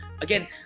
Again